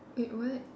wait what